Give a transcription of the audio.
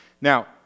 Now